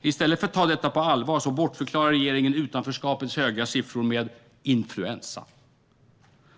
I stället för att ta detta på allvar bortförklarar regeringen utanförskapets höga siffror med "influensa".